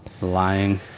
lying